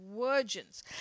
virgins